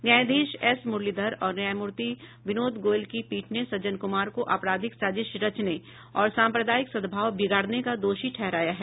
न्यायाधीश एस मुरलीधर और न्यायमूर्ति विनोद गोयल की पीठ ने सज्जन कुमार को आपराधिक साजिश रचने और सांप्रदायिक सद्भाव बिगाड़ने का दोषी ठहराया है